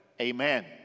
Amen